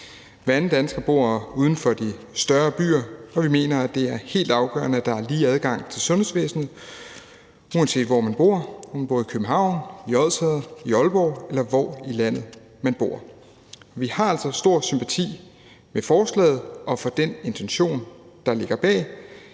Hver anden dansker bor uden for de større byer, og vi mener, at det er helt afgørende, at der er lige adgang til sundhedsvæsenet, uanset hvor man bor – om man bor i København, i Odsherred, i Aalborg, eller hvor i landet man bor. Vi har altså stor sympati for forslaget og for den intention, der ligger bag,